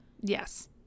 Yes